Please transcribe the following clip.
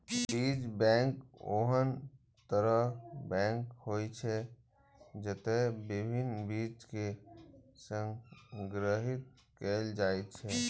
बीज बैंक ओहन तरहक बैंक होइ छै, जतय विभिन्न बीज कें संग्रहीत कैल जाइ छै